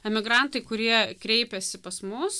emigrantai kurie kreipėsi pas mus